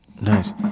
Nice